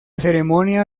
ceremonia